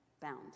found